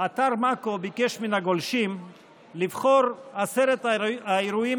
אתר מאקו ביקש מהגולשים לבחור את עשרת האירועים